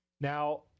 Now